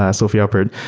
ah sophie alpert,